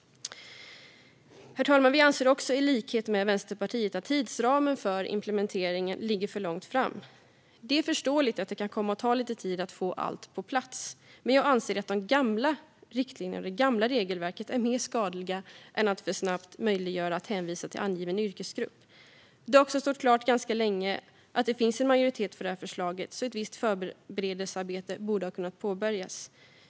Herr talman! Vi anser också, i likhet med Vänsterpartiet, att tidpunkten för implementeringen ligger för långt fram. Det är förståeligt att det kan komma att ta lite tid att få allt på plats, men jag anser att de gamla riktlinjerna och det gamla regelverket gör mer skada än att för snabbt möjliggöra hänvisning till en angiven yrkesgrupp. Det har också stått klart ganska länge att det finns en majoritet för det här förslaget, så ett visst förberedelsearbete borde ha kunnat påbörjas.